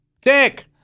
Dick